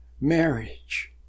marriage